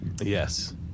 Yes